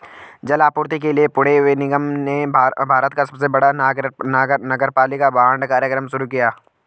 जल आपूर्ति के लिए पुणे निगम ने भारत का सबसे बड़ा नगरपालिका बांड कार्यक्रम शुरू किया